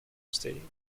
stadium